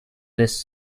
this